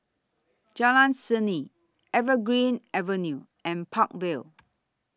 Jalan Seni Evergreen Avenue and Park Vale